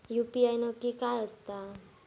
UPI नक्की काय आसता?